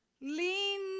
lean